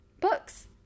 books